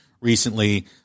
recently